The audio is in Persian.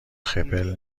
خپل